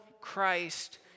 Christ